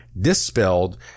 dispelled